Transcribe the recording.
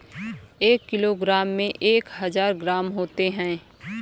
एक किलोग्राम में एक हजार ग्राम होते हैं